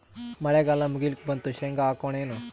ಮಳಿಗಾಲ ಮುಗಿಲಿಕ್ ಬಂತು, ಶೇಂಗಾ ಹಾಕೋಣ ಏನು?